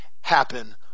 happen